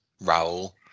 Raul